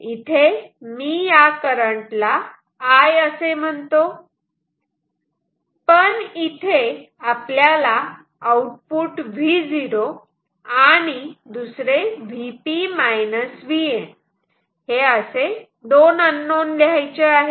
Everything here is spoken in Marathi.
इथे मी या करंटला I असे म्हणतो पण इथे आपल्याला आउटपुट Vo आणि दुसरे Vp Vn हे असे दोन अननोन लिहायचे आहेत